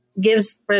gives